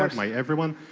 ah my everyone,